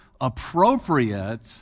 appropriate